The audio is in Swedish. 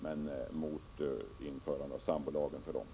Men vi är emot att sambolagen skall gälla för dem.